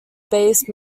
based